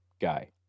guy